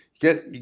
get